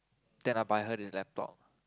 then I'll buy her the laptop